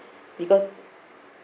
because